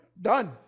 Done